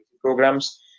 programs